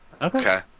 Okay